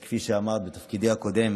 כפי שאמרת, בתפקידי הקודם,